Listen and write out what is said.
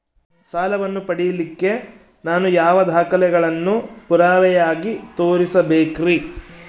ಸಾಲವನ್ನು ಪಡಿಲಿಕ್ಕೆ ನಾನು ಯಾವ ದಾಖಲೆಗಳನ್ನು ಪುರಾವೆಯಾಗಿ ತೋರಿಸಬೇಕ್ರಿ?